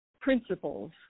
principles